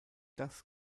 das